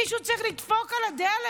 מישהו צריך לדפוק על הדלת,